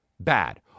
Bad